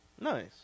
Nice